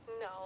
No